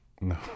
No